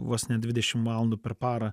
vos ne dvidešim valandų per parą